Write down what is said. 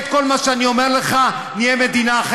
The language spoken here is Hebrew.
ו-20% מיעוטים גרים בה,